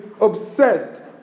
obsessed